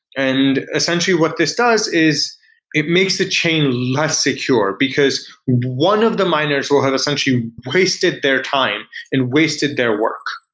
and essentially what this does is it makes the chain less secure, because one of the miners who have essentially wasted their time and wasted their work.